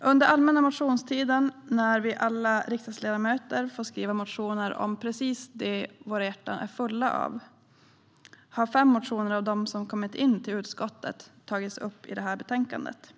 Från allmänna motionstiden när alla riksdagsledamöter får väcka motioner om precis det våra hjärtan är fulla av har fem motioner som har kommit in till utskottet tagits upp i betänkandet.